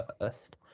first